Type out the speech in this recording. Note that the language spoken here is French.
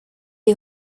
est